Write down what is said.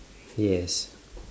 yes